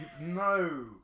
no